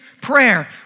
prayer